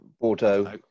Bordeaux